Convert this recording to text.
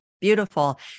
Beautiful